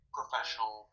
professional